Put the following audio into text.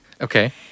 Okay